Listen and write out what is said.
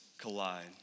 collide